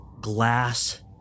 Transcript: glass